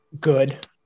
good